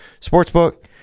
sportsbook